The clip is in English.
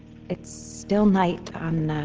it's still night on uhh,